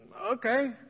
Okay